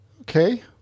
Okay